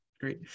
great